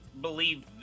believe